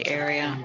area